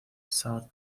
south